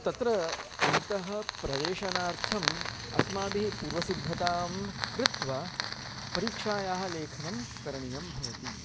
तत्र अन्ते प्रवेशनार्थम् अस्माभिः पूर्वसिद्धतां कृत्वा परीक्षायाः लेखनं करणीयं भवति